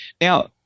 Now